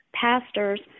pastors